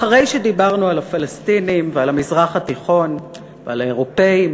אחרי שדיברנו על הפלסטינים ועל המזרח התיכון ועל האירופים